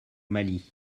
mali